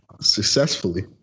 successfully